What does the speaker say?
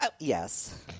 Yes